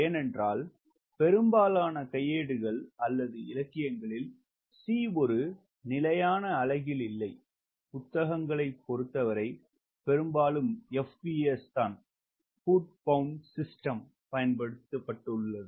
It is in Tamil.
ஏனென்றால் பெரும்பாலான கையேடுகள் அல்லது இலக்கியங்களில் C ஒரு நிலையான அலகிலஂ இல்லை புத்தகங்களைப் பொருத்தவரை பெரும்பாலுமஂ FPS ஃபுட் பவுண்ட் சிஸ்டம் பயன்படுத்தப்பட்டுள்ளது